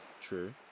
True